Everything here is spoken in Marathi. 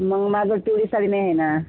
मग माझ्याजवळ पिवळी साडी नाही आहे ना